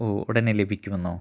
ഓ ഉടനെ ലഭിക്കുമെന്നോ